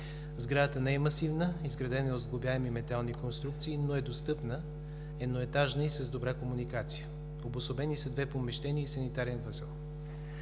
Сградата не е масивна, изградена е от сглобяеми метални конструкции, но е достъпна, едноетажна и с добра комуникация. Обособени са две помещения и санитарен възел.